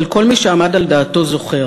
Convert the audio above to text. אבל כל מי שעמד על דעתו זוכר.